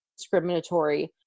Discriminatory